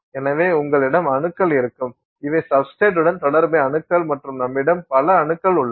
எனவே உங்களிடம் அணுக்கள் இருக்கும் இவை சப்ஸ்டிரேட் உடன்தொடர்புடைய அணுக்கள் மற்றும் நம்மிடம் பல அணுக்கள் உள்ளன